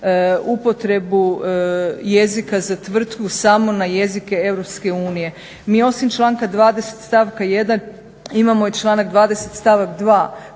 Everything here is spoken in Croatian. upotrebu jezika za tvrtku samo na jezike Europske unije. Mi osim članka 20. stavka 1. imamo i članak 20. stavak 2.